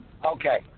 Okay